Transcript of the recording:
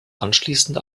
anschließend